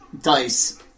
Dice